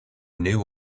knew